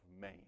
man